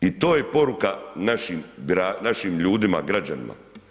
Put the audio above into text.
I to je poruka našim ljudima, građanima.